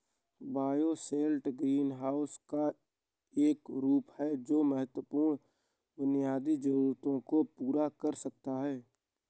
bioshelter greenhouse का एक रूप है जो महत्वपूर्ण बुनियादी जरूरतों को पूरा कर सकता है